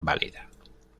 válida